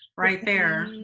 right there.